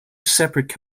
separate